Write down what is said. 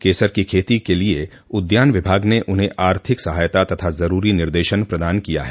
केसर की खेती के लिए उद्यान विभाग ने उन्हें आर्थिक सहायता तथा ज़रूरी निर्देशन प्रदान किया है